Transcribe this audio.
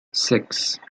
six